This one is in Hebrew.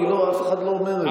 אף אחד לא אומר את זה.